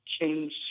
change